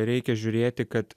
reikia žiūrėti kad